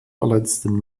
verletzten